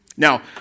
Now